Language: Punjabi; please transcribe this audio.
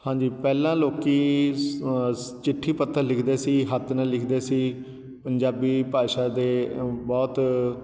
ਹਾਂਜੀ ਪਹਿਲਾਂ ਲੋਕ ਸ ਸ ਚਿੱਠੀ ਪੱਤਰ ਲਿਖਦੇ ਸੀ ਹੱਥ ਨਾਲ ਲਿਖਦੇ ਸੀ ਪੰਜਾਬੀ ਭਾਸ਼ਾ ਦੇ ਬਹੁਤ